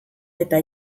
eta